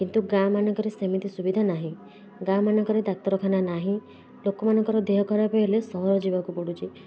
କିନ୍ତୁ ଗାଁମାନଙ୍କରେ ସେମିତି ସୁବିଧା ନାହିଁ ଗାଁ ମାନଙ୍କରେ ଡାକ୍ତରଖାନା ନାହିଁ ଲୋକମାନଙ୍କର ଦେହ ଖରାପ ହେଲେ ସହର ଯିବାକୁ ପଡ଼ୁଛି